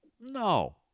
No